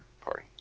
party